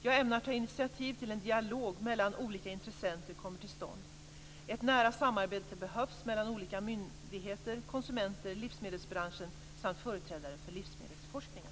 Jag ämnar ta initiativ till att en dialog mellan olika intressenter kommer till stånd. Ett nära samarbete behövs mellan olika myndigheter, konsumenter, livsmedelsbranschen samt företrädare för livsmedelsforskningen.